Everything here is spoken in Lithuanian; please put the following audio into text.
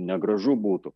negražu būtų